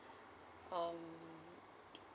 um